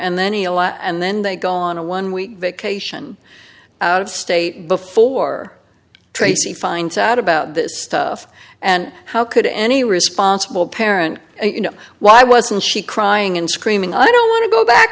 lot and then they go on a one week vacation out of state before tracy finds out about this stuff and how could any responsible parent you know why wasn't she crying and screaming i don't want to go back